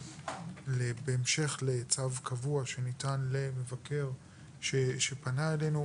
בהמשך לצו קבוע שניתן למבקר שפנה אלינו,